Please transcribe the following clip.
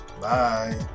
bye